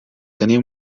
tenir